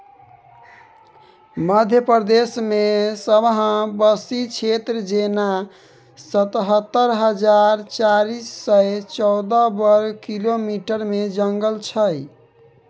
मध्य प्रदेशमे सबसँ बेसी क्षेत्र जेना सतहत्तर हजार चारि सय चौदह बर्ग किलोमीटरमे जंगल छै